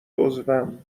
عضوم